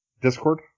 Discord